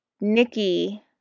Nikki